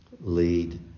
lead